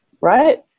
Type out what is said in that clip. right